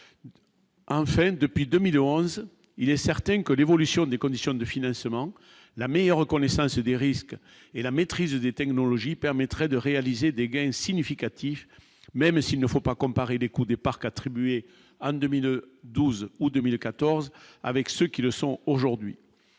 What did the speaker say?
Enfin, depuis 2011, il est certain que l'évolution des conditions de financement, la meilleure reconnaissance des risques et la maîtrise des technologies, permettraient de réaliser des gains significatifs, même s'il ne faut pas comparer les coûts des parcs attribués en 2012 ou 2014 avec ceux qui le sont aujourd'hui,